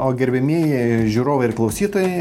o gerbiamieji žiūrovai ir klausytojai